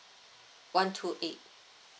one two eight